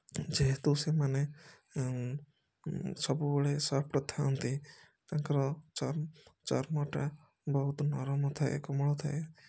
ଯେହେତୁ ସେମାନେ ଉଁ ସବୁବେଳେ ସଫ୍ଟ ଥାନ୍ତି ତାଙ୍କର ଚର୍ମ ଚର୍ମଟା ବହୁତ ନରମ ଥାଏ କୋମଳ ଥାଏ